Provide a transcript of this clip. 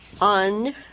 On